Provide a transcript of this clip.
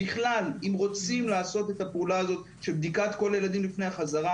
אם רוצים לעשות את הפעולה הזאת של בדיקת כל הילדים לפני החזרה,